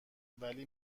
ولی